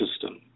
system